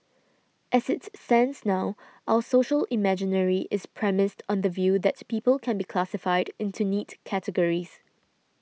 as it stands now our social imaginary is premised on the view that people can be classified into neat categories